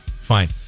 Fine